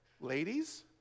Ladies